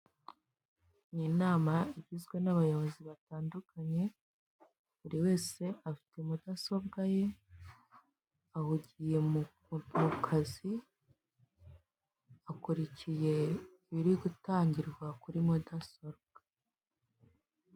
Ni inama igizwe n'abayobozi batandukanye, buri wese afite mudasobwa ye, ahugiye mu kazi akurikiye ibiri gutangirwa kuri mudasobwa.